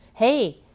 Hey